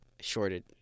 shorted